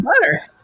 butter